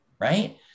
Right